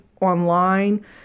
online